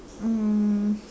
um